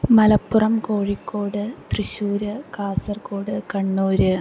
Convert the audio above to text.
Malappuram Kozhikode Thrissur Kasaragod Kannur